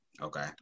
okay